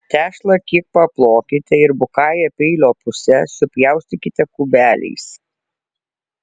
tešlą kiek paplokite ir bukąja peilio puse supjaustykite kubeliais